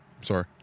sorry